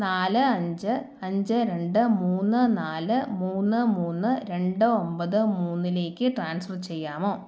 നാല് അഞ്ച് അഞ്ച് രണ്ട് മൂന്ന് നാല് മൂന്ന് മൂന്ന് രണ്ട് ഒമ്പത് മൂന്നിലേക്ക് ട്രാൻസ്ഫർ ചെയ്യാമോ